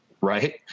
right